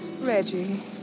Reggie